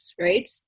right